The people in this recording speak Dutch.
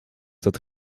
dat